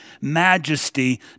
majesty